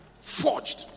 forged